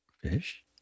Fish